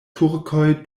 turkoj